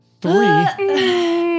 three